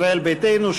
ישראל ביתנו.